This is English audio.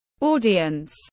audience